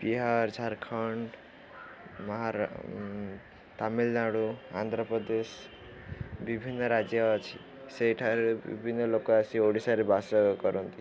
ବିହାର ଝାରଖଣ୍ଡ ତାମିଲନାଡ଼ୁ ଆନ୍ଧ୍ରପ୍ରଦେଶ ବିଭିନ୍ନ ରାଜ୍ୟ ଅଛି ସେଇଠାରେ ବିଭିନ୍ନ ଲୋକ ଆସି ଓଡ଼ିଶାରେ ବାସ କରନ୍ତି